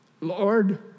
Lord